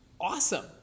awesome